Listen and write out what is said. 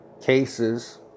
cases